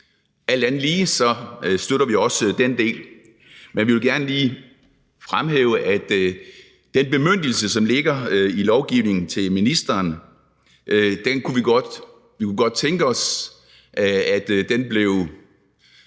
alt andet lige støtter vi også den del. Men vi vil gerne lige fremhæve, at den bemyndigelse til ministeren, som ligger i lovgivningen, kunne vi godt tænke os blev